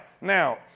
now